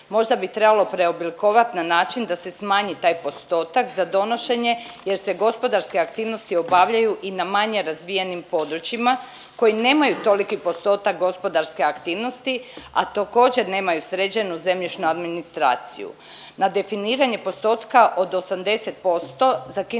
možda bi trebalo preoblikovat na način da se smanji taj postotak za donošenje jer se gospodarske aktivnosti obavljaju i na manje razvijenim područjima koje nemaju toliki postotak gospodarske aktivnosti, a također nemaju sređenu zemljišnu administraciju. Na definiranje postotka od 80% zakinuti